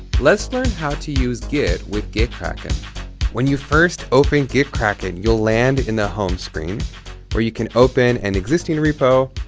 let's learn how to use git with gitkraken. when you first open gitkraken, you'll land in the home screen or you can open an existing repo,